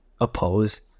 oppose